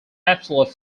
absolute